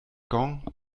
gong